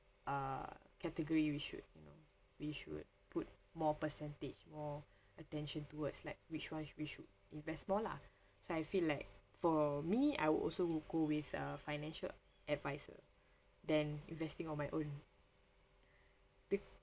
uh category we should you know we should put more percentage more attention towards like which [one] we should invest more lah so I feel like for me I will also go with a financial advisor than investing on my own